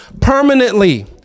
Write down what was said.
Permanently